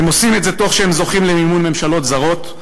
הם עושים את זה תוך שהם זוכים למימון מממשלות זרות,